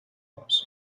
was